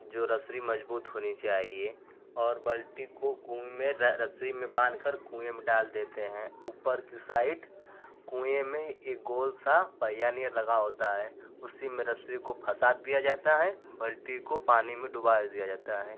जो रसरी मजबूत होनी चाहिए और बाल्टी को कुएँ में रसरी में बाँध कर कुएँ में डाल देते हैं उपर की साइड कुएँ में एक गोल सा पहिया निहन लगा होता है उसी में रसरी को फँसा दिया जाता है बाल्टी को पानी में डूबा दिया जाता है